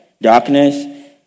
darkness